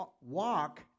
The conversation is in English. walk